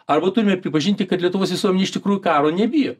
ar būtumėme pripažinti kad lietuvos visuomenė iš tikrųjų karo nebijo